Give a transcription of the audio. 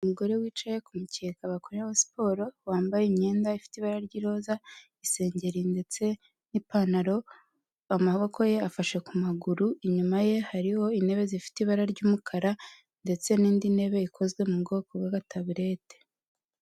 Umugore wicaye ku mukeka bakoreraho siporo wambaye imyenda ifite ibara ry'iroza, isengeri ndetse n'ipantaro, amaboko ye afashe ku maguru, inyuma ye hariho intebe zifite ibara ry'umukara ndetse n'indi ntebe ikozwe mu bwoko bw'agataburete.